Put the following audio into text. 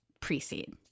pre-seed